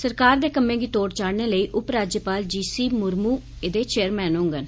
सरकार दे कम्में गी तोड़ चाढ़ने लेई उपराज्यपाल जी सी मुर्मू एह्दे चेयरमैन होंगन